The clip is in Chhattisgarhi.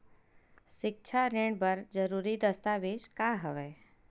सिक्छा ऋण बर जरूरी दस्तावेज का हवय?